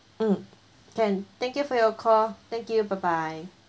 mm can thank you for your call thank you bye bye